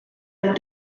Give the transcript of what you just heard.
that